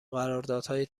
قراردادهای